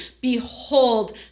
Behold